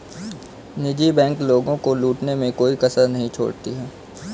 निजी बैंक लोगों को लूटने में कोई कसर नहीं छोड़ती है